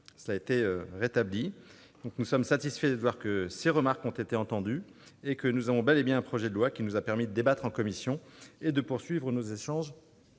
notre hémicycle. Nous sommes satisfaits de voir que nos remarques ont été entendues. Nous avons bel et bien un projet de loi qui nous a permis de débattre en commission et nous allons poursuivre nos échanges